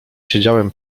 siedziałem